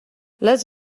les